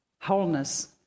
Wholeness